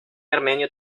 armenio